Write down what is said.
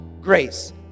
grace